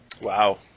Wow